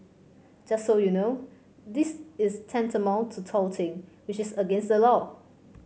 just so you know this is tantamount to touting which is against the law